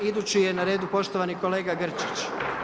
Idući je na redu poštovani kolega Grčić.